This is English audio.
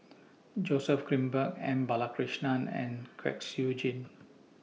Joseph Grimberg M Balakrishnan and Kwek Siew Jin